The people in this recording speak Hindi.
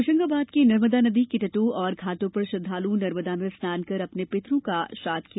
होशंगाबाद की नर्मदा नदी के तटों और घाटों पर श्रद्वालु नर्मदा में स्नान कर अपने पितरों का श्राद्व किया